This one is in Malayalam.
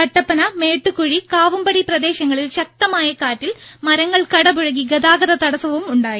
കട്ടപ്പന മേട്ടുക്കുഴി കാവുമ്പടി പ്രദേശങ്ങളിൽ ശക്തമായ കാറ്റിൽ മരങ്ങൾ കടപുഴകി ഗതാഗത തടസവും ഉണ്ടായി